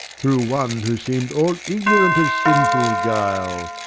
through one who seemed all ignorant of sinful guile.